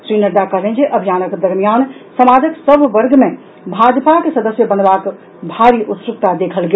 श्री नड्डा कहलनि जे अभियानक दरमियान समाजक सभ वर्ग मे भाजपाक सदस्य बनबाक भारी उत्सुकता देखल गेल